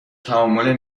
تعامل